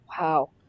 wow